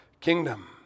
kingdom